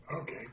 Okay